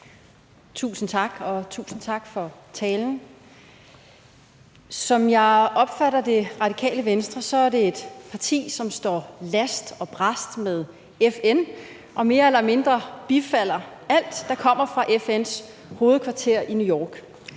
Tusind tak, og tusind tak for talen. Som jeg opfatter Det Radikale Venstre, er det et parti, som står last og brast med FN og mere eller mindre bifalder alt, der kommer fra FN's hovedkvarter i New York.